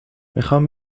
میخایم